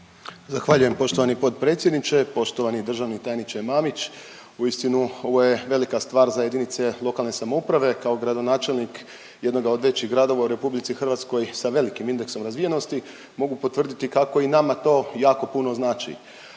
Zahvaljujem poštovani potpredsjedniče, poštovani državni tajniče Mamić. Uistinu ovo je velika stvar za jedinice lokalne samouprave. Kao gradonačelnik jednoga od većih gradova u Republici Hrvatskoj sa velikim indeksom razvijenosti mogu potvrditi kako i nama to jako puno znači.